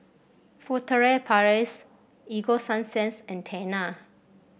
Furtere Paris Ego Sunsense and Tena